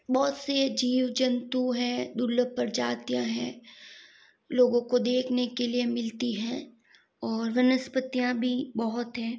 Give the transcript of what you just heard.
बहुत से जीव जंतु हैं दुर्लभ प्रजातियाँ हैं लोगों को देखने के लिए मिलती हैं और वनस्पतियाँ भी बहुत हैं